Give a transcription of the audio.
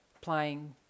Playing